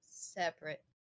separate